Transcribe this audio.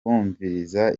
kumviriza